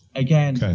again,